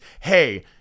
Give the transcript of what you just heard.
hey